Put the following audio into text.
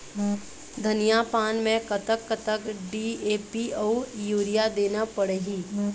धनिया पान मे कतक कतक डी.ए.पी अऊ यूरिया देना पड़ही?